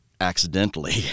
accidentally